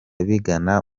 bigana